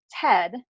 Ted